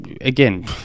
again